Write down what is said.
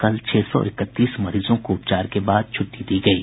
कल छह सौ इकतीस मरीजों को उपचार के बाद छुट्टी दी गयी